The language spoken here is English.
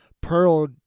Pearl